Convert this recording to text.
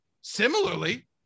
similarly